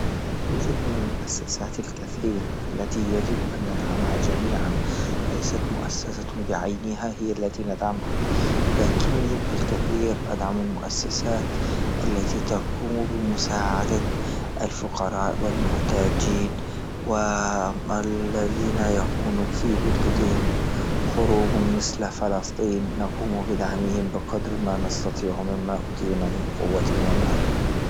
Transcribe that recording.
يوجد من المؤسسات الكثير التي يجب ان ندعمها جميعا، ليست مؤسسة بعينها هي التي ندعمها، لكن بالكثير أدعم المؤسسات التي تقوم بمساعدة الفقراء والمحتاجين. و الذين يكون في بلدهم حروب مسل فلسطين نقوم بدعمهم بقدر ما نستطيع مما أوتينا من قوة ومال.